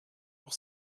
pour